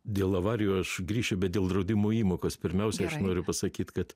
dėl avarijų aš grįšiu bet dėl draudimo įmokos pirmiausia aš noriu pasakyt kad